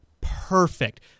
perfect